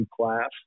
class